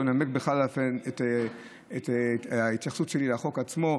או לנמק בכל אופן את ההתייחסות שלי לחוק עצמו.